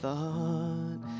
Thought